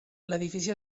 l’edifici